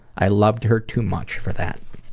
i loved her too much for that.